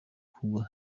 kugwa